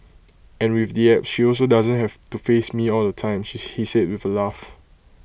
and with the apps she also doesn't have to face me all the time she he said with A laugh